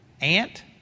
ant